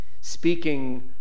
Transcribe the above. speaking